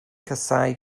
casáu